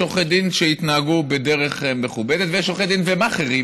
יש עורכי דין שהתנהגו בדרך מכובדת ויש עורכי דין ומאכערים,